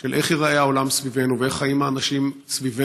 של איך ייראה העולם סביבנו ואיך חיים האנשים סביבנו